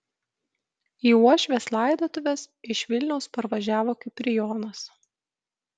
į uošvės laidotuves iš vilniaus parvažiavo kiprijonas